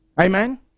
Amen